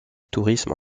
tourisme